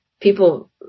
people